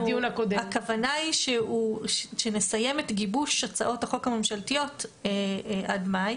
הכוונה היא שנסיים את גיבוש הצעות החוק הממשלתיות עד מאי.